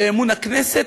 באמון הכנסת,